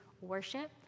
worship